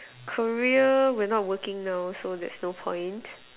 career we're not working now so there's no point